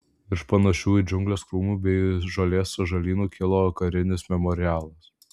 virš panašių į džiungles krūmų bei žolės sąžalynų kilo karinis memorialas